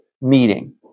meeting